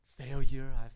failure